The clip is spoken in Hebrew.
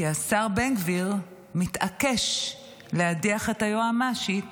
כי השר בן גביר מתעקש להדיח את היועמ"שית